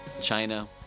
China